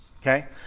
okay